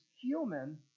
human